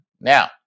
Now